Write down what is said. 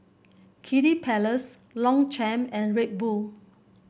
Kiddy Palace Longchamp and Red Bull